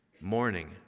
Morning